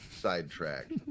sidetrack